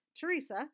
Teresa